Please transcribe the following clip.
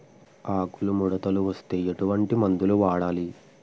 ఆకులు ముడతలు వస్తే ఎటువంటి మందులు వాడాలి?